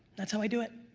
that's how i do it.